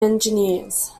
engineers